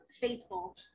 faithful